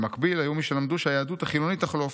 במקביל היו מי שלמדו שהיהדות החילונית תחלוף: